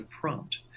prompt